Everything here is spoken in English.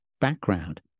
background